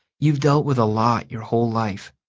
you've dealt with a lot your whole life.